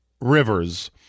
Rivers